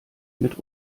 mit